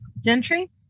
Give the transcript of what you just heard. Gentry